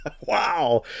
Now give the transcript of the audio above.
Wow